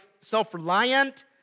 self-reliant